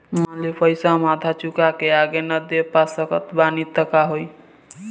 मान ली पईसा हम आधा चुका के आगे न दे पा सकत बानी त का होई?